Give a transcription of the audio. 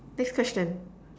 next question